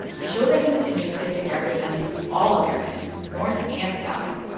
to show that he was interested in representing all americans, north and south.